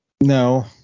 no